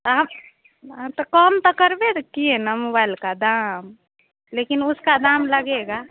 आप तो कम तो करबे त किए न मोबाइल का दाम लेकिन उसका दाम लगेगा